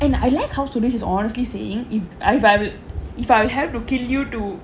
and I like how to sourish is honestly saying if I if I if I have to kill you to